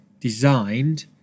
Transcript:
designed